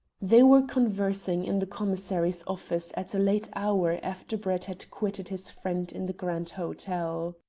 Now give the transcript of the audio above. they were conversing in the commissary's office at a late hour after brett had quitted his friend in the grand hotel.